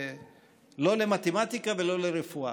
לא למתמטיקה ולא לרפואה: